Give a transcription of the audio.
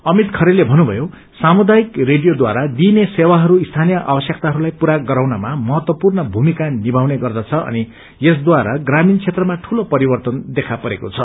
अमित खरेले भन्नुषयो सामुदायिक रेडियोढारा दिइने सेवाहरू स्थानीय आवश्यकताहरूलाई पूरा गराउनमा महत्वपूर्ण भूमिका निभाउने गर्दछ अनि यसद्वारा प्रामीण क्षेत्रमा ठूलो परिवर्तन देखा परेको छ